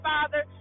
Father